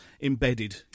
embedded